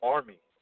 Army